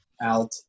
out